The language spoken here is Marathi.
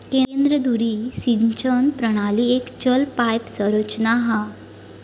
केंद्र धुरी सिंचन प्रणाली एक चल पाईप संरचना हा